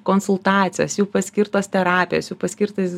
konsultacijos jų paskirtos terapijos jų paskirtas